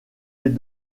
les